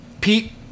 Pete